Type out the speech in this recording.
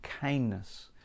kindness